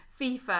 FIFA